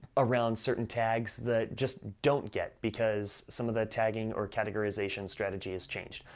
around certain tags that just don't get, because some of the tagging or categorization strategy has changed.